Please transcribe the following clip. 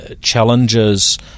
challenges